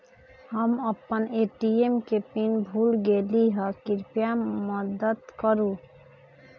हम अपन ATM PIN भूल गेली ह, कृपया मदत करू